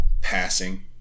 passing